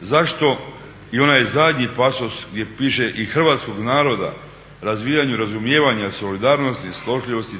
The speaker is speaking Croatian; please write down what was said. Zašto i onaj zadnji pasus gdje piše i hrvatskog naroda, razvijanju razumijevanja, solidarnosti, snošljivosti,